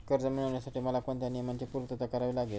कर्ज मिळविण्यासाठी मला कोणत्या नियमांची पूर्तता करावी लागेल?